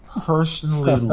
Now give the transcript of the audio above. personally